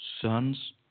sons